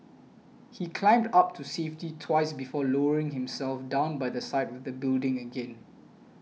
he climbed up to safety twice before lowering himself down by the side of the building again